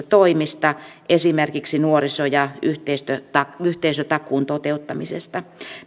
toimista esimerkiksi nuoriso ja yhteisötakuun toteuttamisesta